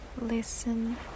Listen